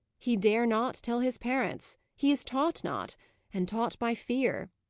he dare not tell his parents he is taught not and taught by fear.